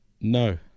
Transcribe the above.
No